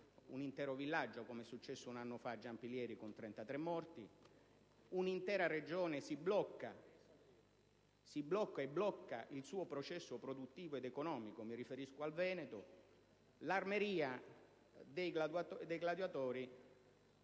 un intero villaggio, come è successo un anno fa a Giampilieri con 33 morti, o un'intera Regione si blocca e blocca il suo processo produttivo ed economico (mi riferisco al Veneto). L'Armeria dei gladiatori